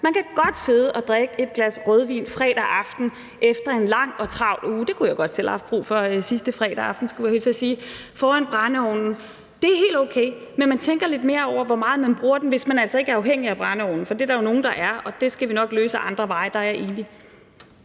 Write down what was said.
Man kan godt sidde og drikke et glas rødvin fredag aften efter en lang og travl uge foran brændeovnen – det kunne jeg godt selv have haft brug for sidste fredag aften, skulle jeg hilse og sige – og det er helt okay. Men man tænker lidt mere over, hvor meget man bruger den, hvis man altså ikke er afhængig af brændeovne. For det er der jo nogle der er, og det skal vi nok løse ad andre veje. Det er jeg